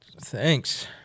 thanks